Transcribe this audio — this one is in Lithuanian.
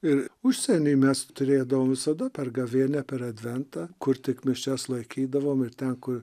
ir užsieny mes turėdavom visada per gavėnią per adventą kur tik mišias laikydavom ir ten kur